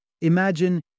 Imagine